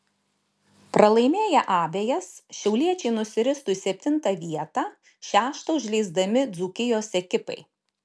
pralaimėję abejas šiauliečiai nusiristų į septintą vietą šeštą užleisdami dzūkijos ekipai